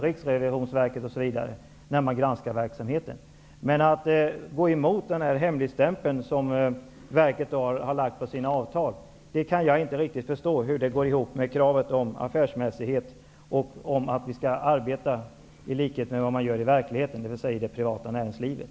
Riksrevisionsverket, Riksdagens revisorer osv. Jag kan inte förstå hur krav på affärsmässighet och att arbetet skall bedrivas så som i verkligheten, dvs. det privata näringslivet, kan gå ihop med inställningen att gå emot den hemligstämpel verket har lagt på avtalen.